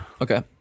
Okay